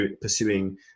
pursuing